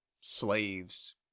slaves